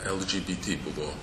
lgbt buvo